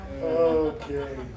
Okay